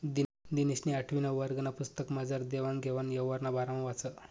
दिनेशनी आठवीना वर्गना पुस्तकमझार देवान घेवान यवहारना बारामा वाचं